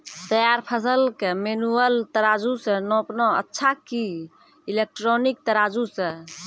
तैयार फसल के मेनुअल तराजु से नापना अच्छा कि इलेक्ट्रॉनिक तराजु से?